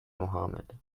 mohamed